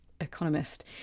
economist